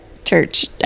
church